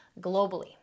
globally